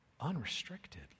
unrestricted